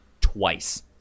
twice